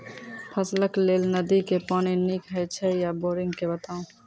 फसलक लेल नदी के पानि नीक हे छै या बोरिंग के बताऊ?